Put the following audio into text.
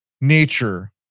nature